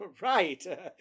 Right